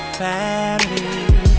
family